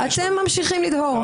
אתם ממשיכים לדהור.